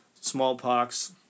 smallpox